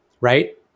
right